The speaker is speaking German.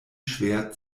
schwer